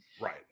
Right